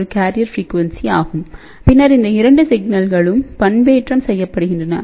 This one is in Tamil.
45GHzஒரு கேரியர் ஃப்ரீக்யுன்சி ஆகும் பின்னர் இந்த 2 சிக்னல்கள் பண்பேற்றம் செய்யப்படுகின்றன